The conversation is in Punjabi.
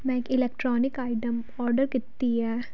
ਮੈਂ ਇੱਕ ਇਲੈਕਟਰੋਨਿਕ ਆਈਡਮ ਔਡਰ ਕੀਤੀ ਹੈ